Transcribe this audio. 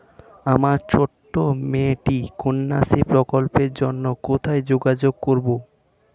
আমার ছোট্ট মেয়েটির কন্যাশ্রী প্রকল্পের জন্য কোথায় যোগাযোগ করব?